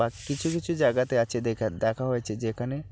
বা কিছু কিছু জায়গাতে আছে দেখা দেখা হয়েছে যেখানে